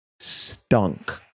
stunk